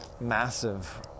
massive